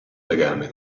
legame